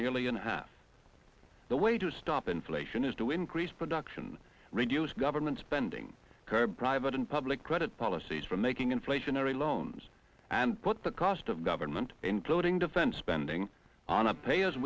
nearly in half the way to stop inflation is to increase production reduce government spending private and public credit policies for making inflationary loans and put the cost of government including defense spending on a pay